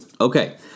Okay